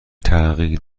تغییر